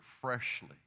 freshly